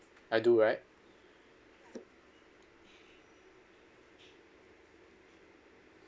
I do right